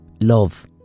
love